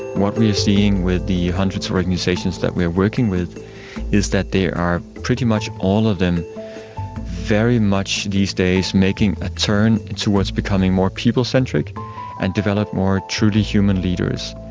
what we are seeing with the hundreds of organisations that we are working with is that they are pretty much all of them very much these days making a turn towards becoming more people centric and develop more truly human leaders.